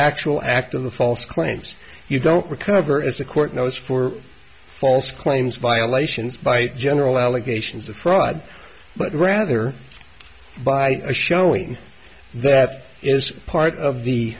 actual act of the false claims you don't recover as the court knows for false claims violations by general allegations of fraud but rather by a showing that is part of the